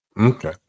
Okay